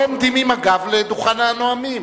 לא עומדים עם הגב לדוכן הנואמים.